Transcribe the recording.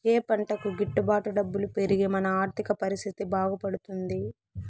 ఏ పంటకు గిట్టు బాటు డబ్బులు పెరిగి మన ఆర్థిక పరిస్థితి బాగుపడుతుంది?